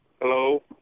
Hello